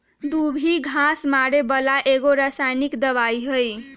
दुभी घास मारे बला एगो रसायनिक दवाइ हइ